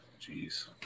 Jeez